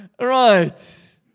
Right